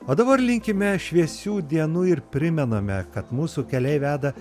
o dabar linkime šviesių dienų ir primename kad mūsų keliai veda